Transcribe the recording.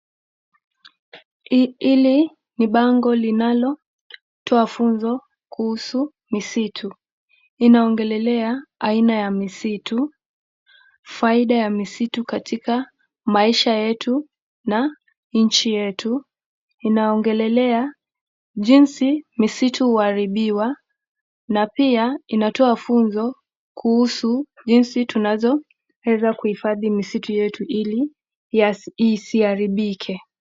Hili ni bango linalotoa funzo kuhusu misitu. Linaongelelea aina ya misitu, faida ya misitu katika maisha yetu na nchi yetu, jinsi misitu huharibiwa na pia linatoa funzo kuhusu jinsi tunavyoweza kuhifadhi misitu yetu ili isiharibike.